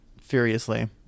furiously